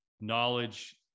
knowledge